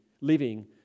living